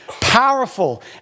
powerful